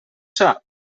sap